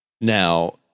Now